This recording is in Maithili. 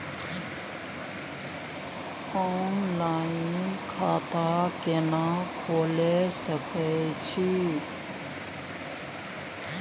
ऑनलाइन खाता केना खोले सकै छी?